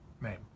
name